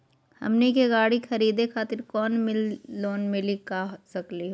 हमनी के गाड़ी खरीदै खातिर लोन मिली सकली का हो?